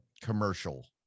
commercial